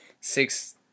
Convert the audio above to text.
six